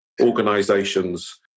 organizations